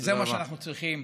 זה מה שאנחנו צריכים.